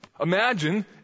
imagine